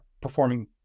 performing